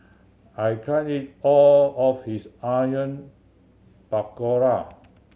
I can't eat all of this Onion Pakora